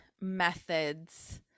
methods